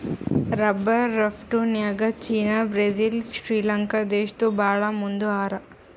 rubber ರಫ್ತುನ್ಯಾಗ್ China Brazil Sri Lanka ದೇಶ್ದವ್ರು ಭಾಳ್ ಮುಂದ್ ಹಾರ